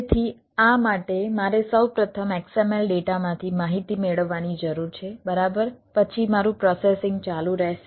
તેથી આ માટે મારે સૌ પ્રથમ XML ડેટામાંથી માહિતી મેળવવાની જરૂર છે બરાબર પછી મારું પ્રોસેસિંગ ચાલુ રહેશે